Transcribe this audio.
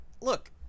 Look